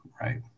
right